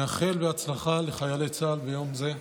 נאחל בהצלחה לחיילי צה"ל ביום זה.